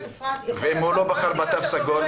ואם הוא לא בחר בתו הסגול?